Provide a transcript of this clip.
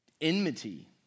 Enmity